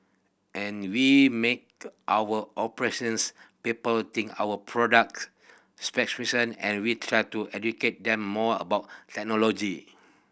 and we make our operations people think of product specifications and we try to educate them more about technology